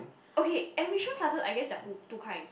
okay enrichment classes I guess there are two two kinds